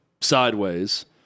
sideways